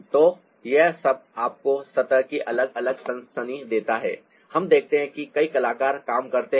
तो यह आपको सतह की एक अलग सनसनी देता है हम देखते हैं कि कई कलाकार काम करते हैं